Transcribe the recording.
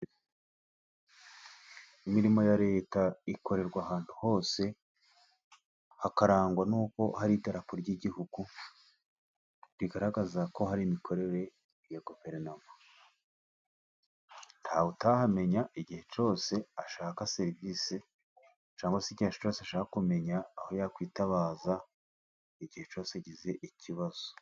Imirimo ya Reta ikorerwa ahantu hose, hakarangwa n'uko hari idarapo ry'igihugu, rigaragaza ko hari imikorere guverinoma. Ntawe utahamenya igihe cyose ashaka serivisi, cyangwa se igihe cyose ashaka kumenya aho yakwitabaza, igihe cyose agize ikibazo.